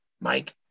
Mike